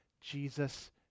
Jesus